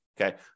Okay